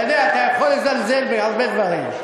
אתה יודע, אתה יכול לזלזל בהרבה דברים.